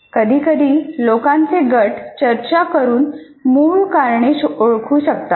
कधीकधी लोकांचे गट चर्चा करून मूळ कारणे ओळखू शकतात